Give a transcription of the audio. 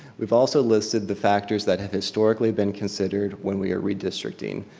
we've also listed the factors that have historically been considered when we are redistricting.